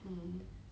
mm